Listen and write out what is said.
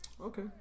Okay